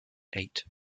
eight